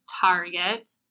Target